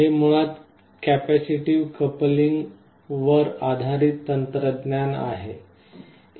हे मुळात कॅपेसिटिव्ह कपलिंगवर आधारित तंत्रज्ञान आहे